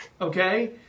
Okay